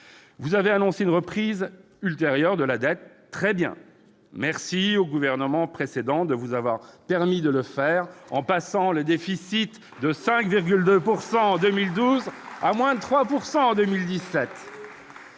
Vous avez annoncé une reprise de la dette : très bien. Merci au gouvernement précédent de vous avoir permis de le faire, en ramenant le déficit de 5,2 % en 2012 à moins de 3 % en 2017